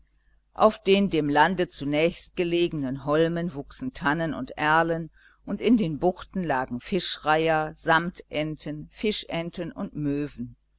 auf den dem lande zunächst gelegenen holmen wuchsen tannen und erlen und in den buchten lagen fischreiher samtenten fischenten und möwen